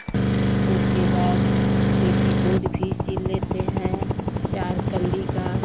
उसके बाद पेटीकोट भी सिल लेते हैं चार कली का